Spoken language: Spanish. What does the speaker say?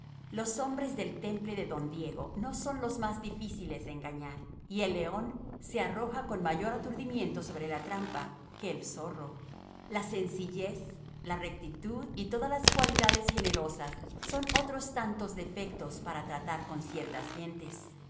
los hombres del temple de don diego no son los más difíciles de engañar y el león se arroja con mayor aturdimiento sobre la trampa que el zorro la sencillez la rectitud y todas las cualidades generosas son otros tantos defectos para tratar con ciertas gentes